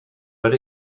but